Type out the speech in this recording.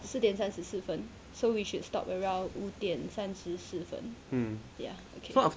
四点三十四分 so we should stop around 五点三十四分 ya okay